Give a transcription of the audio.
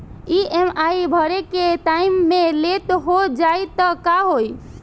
EMI भरे के time मे लेट हो जायी त का होई?